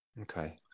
okay